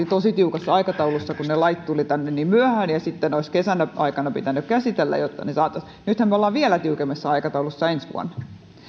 tosi tiukassa aikataulussa kun ne lait tulivat tänne niin myöhään ja sitten ne olisi kesän aikana pitänyt käsitellä jotta ne saataisiin niin nythän me olemme vielä tiukemmassa aikataulussa ensi vuonna jos se